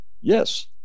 yes